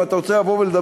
אם אתה רוצה לדבר,